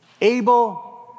Abel